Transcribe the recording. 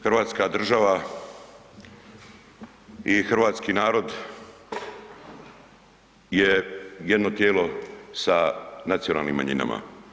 Hrvatska država i hrvatski narod je jedno tijelo sa nacionalnim manjinama.